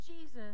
Jesus